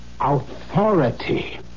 authority